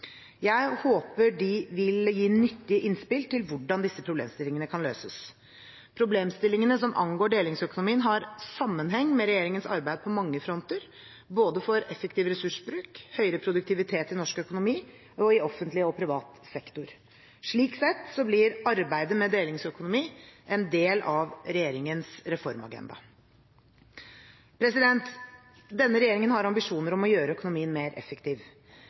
Jeg håper de vil gi nyttige innspill til hvordan disse problemstillingene kan løses. Problemstillingene som angår delingsøkonomien, har sammenheng med regjeringens arbeid på mange fronter, for både effektiv ressursbruk og høyere produktivitet i norsk økonomi, i offentlig og privat sektor. Slik sett blir arbeidet med delingsøkonomi en del av regjeringens reformagenda. Denne regjeringen har ambisjoner om å gjøre økonomien mer effektiv.